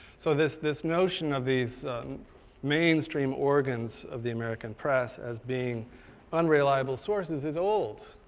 so this this notion of these mainstream organs of the american press as being unreliable sources is old.